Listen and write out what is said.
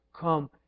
come